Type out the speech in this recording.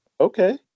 okay